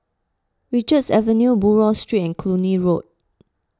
Richards Avenue Buroh Street and Cluny Road